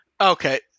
Okay